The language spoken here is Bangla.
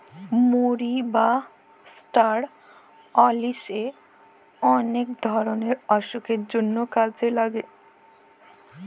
মরি বা ষ্টার অলিশে অলেক ধরলের অসুখের জন্হে কাজে লাগে